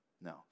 No